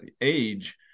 age